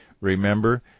remember